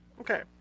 okay